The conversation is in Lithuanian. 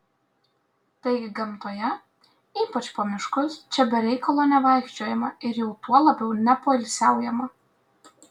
taigi gamtoje ypač po miškus čia be reikalo nevaikščiojama ir jau tuo labiau nepoilsiaujama